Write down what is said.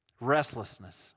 Restlessness